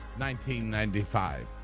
1995